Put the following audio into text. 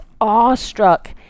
awestruck